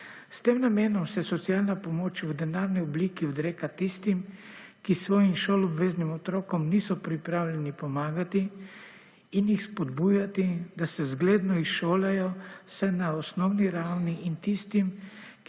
S tem namenom se socialna pomoč v denarni obliki odreka tistim, ki svojim šoloobveznim otrokom niso pripravljeni pomagati in jih spodbujati, da se zgledno izšolajo vsaj na osnovni ravni in tistim,